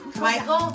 Michael